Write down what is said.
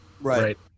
Right